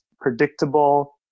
predictable